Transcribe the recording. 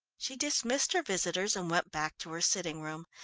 she dismissed her visitors and went back to her sitting-room.